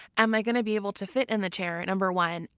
am i going to be able to fit in the chair number one?